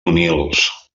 humils